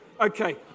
Okay